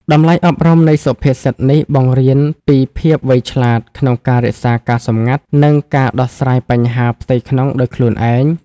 តម្លៃអប់រំនៃសុភាសិតនេះបង្រៀនពីភាពវៃឆ្លាតក្នុងការរក្សាការសម្ងាត់ និងការដោះស្រាយបញ្ហាផ្ទៃក្នុងដោយខ្លួនឯង។